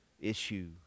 issue